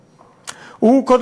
המערבי,